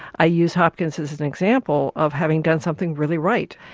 i use hopkins as an example of having done something really right.